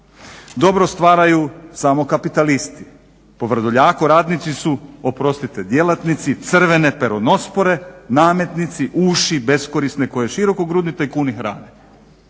Dobro stvaraju samo kapitalisti. Po Vrdoljaku radnici su, oprostite djelatnici, crvene peronospore, nametnici, uši beskorisne koje širokogrudni tajkuni hrane.